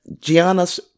Gianna's